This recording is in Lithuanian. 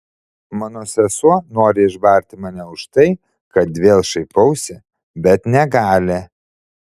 mano sesuo nori išbarti mane už tai kad vėl šaipausi bet negali